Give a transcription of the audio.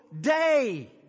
day